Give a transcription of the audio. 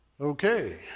Okay